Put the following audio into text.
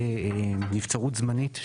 נבצרות זמנית,